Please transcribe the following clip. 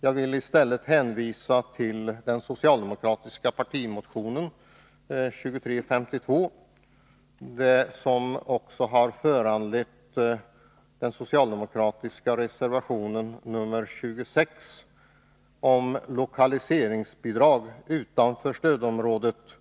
Jag vill i stället hänvisa till den socialdemokratiska partimotionen 2352, som ligger till grund för reservationen 26 om lokaliseringsbidrag utanför stödområdena m.m.